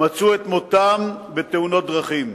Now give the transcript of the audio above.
מצאו את מותם בתאונות דרכים.